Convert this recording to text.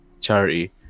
charity